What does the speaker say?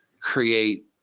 create